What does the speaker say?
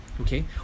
Okay